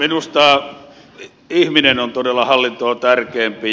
minusta ihminen on todella hallintoa tärkeämpi